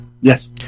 Yes